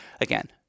again—